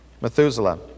Methuselah